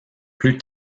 plus